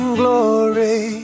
glory